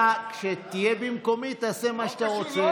אתה, כשתהיה במקומי, תעשה מה שאתה רוצה.